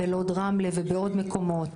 בלוד-רמלה ובעוד מקומות,